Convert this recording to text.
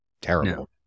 terrible